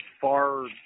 far